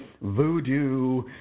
voodoo